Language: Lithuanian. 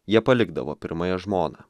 jie palikdavo pirmąją žmoną